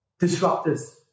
disruptors